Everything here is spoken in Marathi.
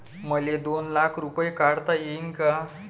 मले दोन लाख रूपे काढता येईन काय?